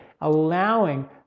allowing